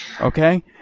Okay